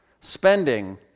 spending